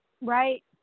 Right